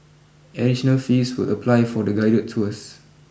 additional fees will apply for the guided tours